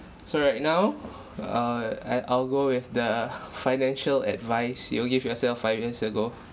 so right now err err I'll go with the financial advice you give yourself five years ago